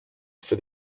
for